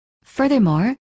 Furthermore